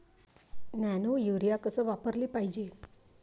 Nano urea कस वापराले पायजे?